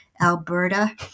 Alberta